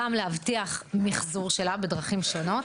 גם להבטיח מיחזור שלה בדרכים שונות,